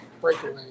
Breakaway